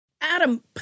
Adam